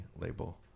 label